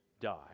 die